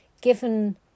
given